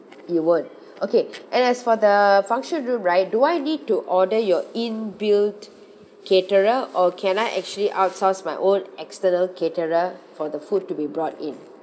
you won't okay and as for the function room right do I need to order your inbuilt caterer or can I actually outsource my own external caterer for the food to be brought in